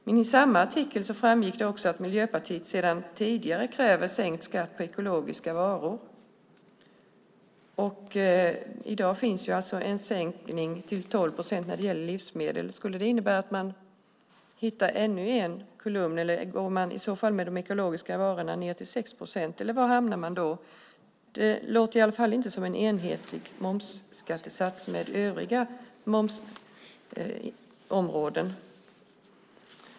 Men i samma artikel framgår det också att Miljöpartiet sedan tidigare kräver sänkt skatt på ekologiska varor. I dag finns det en lägre moms på 12 procent när det gäller livsmedel. Skulle det innebära att man vill sänka momsen på de ekologiska varorna till 6 procent, eller var hamnar man då? Det låter i alla fall inte som en enhetlig momsskattesats om man jämför med andra områden.